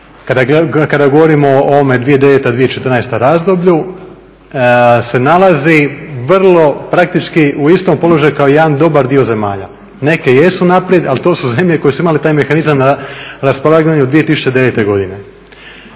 kada govorimo o ovome 2009./2014. razdoblju se nalazi vrlo praktički u istom položaju kao jedan dobar dio zemalja. Neke jesu naprijed, ali to su zemlje koje su imale taj mehanizam na raspolaganju 2009. godine.